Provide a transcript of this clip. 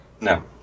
No